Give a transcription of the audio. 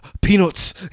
Peanuts